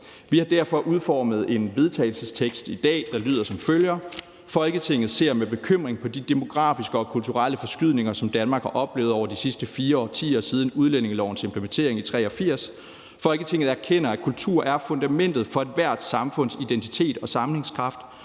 Vi har derfor udformet en vedtagelsestekst i dag, der lyder som følger: Forslag til vedtagelse »Folketinget ser med bekymring på de demografiske og kulturelle forskydninger, som Danmark har oplevet over de sidste 4 årtier siden udlændingelovens implementering i 1983. Folketinget erkender, at kultur er fundamentet for ethvert samfunds identitet og sammenhængskraft,